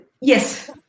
Yes